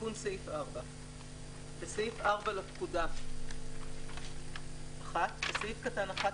"תיקון סעיף 4 2. בסעיף 4 לפקודה בסעיף קטן (1),